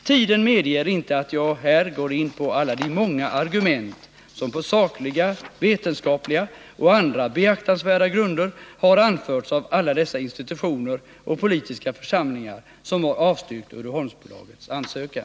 Tiden medger inte att jag går in på alla de många argument som på sakliga, vetenskapliga och andra beaktansvärda grunder har anförts av alla dessa institutioner och politiska församlingar som har avstyrkt Uddeholmsbolagets ansökan.